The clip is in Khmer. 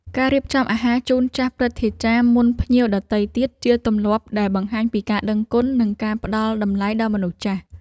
ការរៀបចំអាហារជូនចាស់ព្រឹទ្ធាចារ្យមុនភ្ញៀវដទៃទៀត ជាទម្លាប់ដែលបង្ហាញពីការដឹងគុណនិងការផ្ដល់តម្លៃដល់មនុស្សចាស់។